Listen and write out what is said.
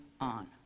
on